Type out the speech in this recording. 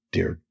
Dear